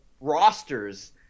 rosters